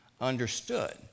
understood